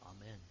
Amen